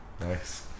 Nice